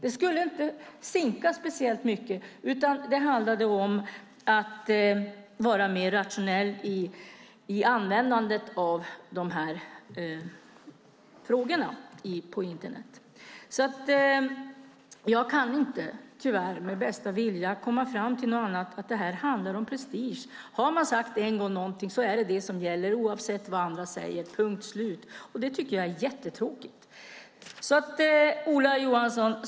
Det skulle inte sinka speciellt mycket utan det handlade om att vara mer rationell i användandet av de här frågorna på Internet. Jag kan tyvärr inte med bästa vilja komma fram till något annat än att det här handlar om prestige. Har man sagt något en gång är det det som gäller oavsett vad andra säger, punkt slut. Det tycker jag är jättetråkigt. Ola Johansson!